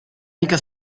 mica